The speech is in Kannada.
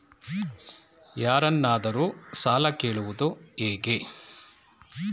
ಯಾರನ್ನಾದರೂ ಸಾಲ ಕೇಳುವುದು ಹೇಗೆ?